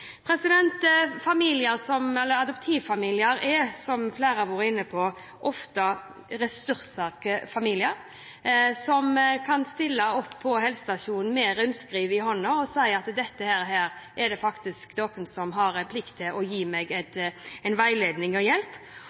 som trenger at vi er der og har et støtteapparat. Adoptivfamilier er, som flere har vært inne på, ofte ressurssterke familier som kan stille opp på helsestasjonen med rundskriv i hånda og si at her er det faktisk dere som har en plikt til å gi meg veiledning og hjelp.